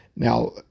Now